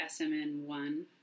SMN1